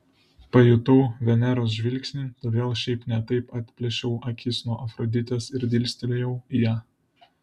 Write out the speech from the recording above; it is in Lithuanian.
pajutau veneros žvilgsnį todėl šiaip ne taip atplėšiau akis nuo afroditės ir dirstelėjau į ją